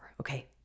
Okay